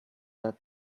that